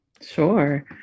Sure